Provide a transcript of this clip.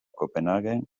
copenhaguen